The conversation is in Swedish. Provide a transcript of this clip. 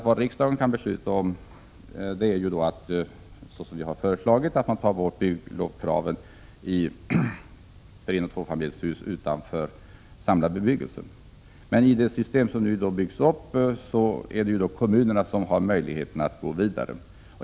Vad riksdagen kan besluta om är att ta bort byggnadslovskraven för enoch tvåfamiljshus utanför samlad bebyggelse. I det system som nu byggs upp är det kommunerna som har möjlighet att gå vidare.